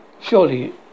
Surely